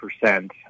percent